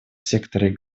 секторе